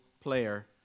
player